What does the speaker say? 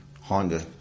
Honda